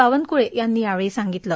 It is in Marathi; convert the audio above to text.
बावनकूळे यांनी यावेळी सांगितलं